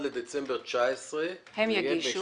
זה 31 בדצמבר 2019. הם יגישו.